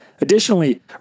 Additionally